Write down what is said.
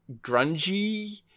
grungy